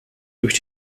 durch